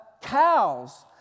Cows